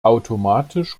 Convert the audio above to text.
automatisch